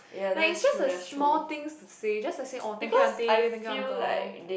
like it's just a small things to say just to say orh thank you aunty thank you uncle